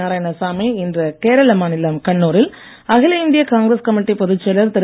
நாராயணசாமி இன்று கேரள மாநிலம் கண்ணூரில் அகில இந்திய காங்கிரஸ் கமிட்டி பொதுச்செயலர் திரு